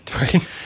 right